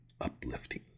uplifting